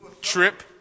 Trip